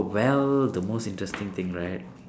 well the most interesting thing right